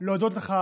להודות לך